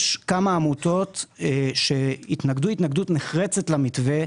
יש כמה עמותות שהתנגדו התנגדות נחרצת למתווה,